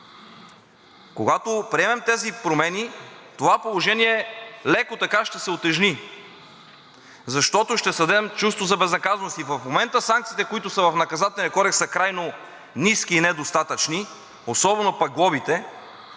Когато приемем тези промени, това положение леко ще се утежни, защото ще създадем чувство за безнаказаност. И в момента санкциите, които са в Наказателния кодекс, са крайно ниски и недостатъчни, особено пък глобите,